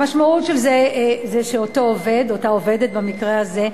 המשמעות של זה שאותו עובד, אותה עובדת במקרה הזה,